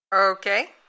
Okay